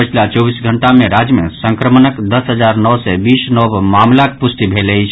पछिला चौबीस घंटा मे राज्य मे संक्रमणक दस हजार नओ सय बीस नव मामिलाक पुष्टि भेल अछि